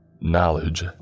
Knowledge